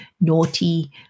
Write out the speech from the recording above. naughty